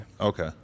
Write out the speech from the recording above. Okay